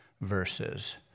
verses